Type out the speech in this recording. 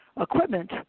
equipment